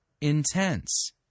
intense